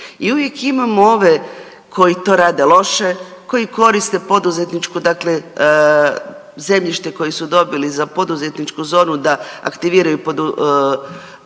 I uvijek imamo ove koji to rede loše, koji koriste poduzetniku dakle zemljište koje su dobili za poduzetničku zonu da aktiviraju poduzetništvo